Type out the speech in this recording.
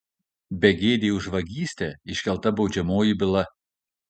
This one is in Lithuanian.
begėdei už vagystę iškelta baudžiamoji byla